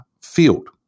field